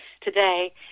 today